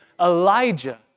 Elijah